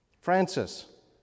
Francis